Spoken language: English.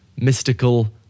mystical